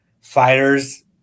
fighters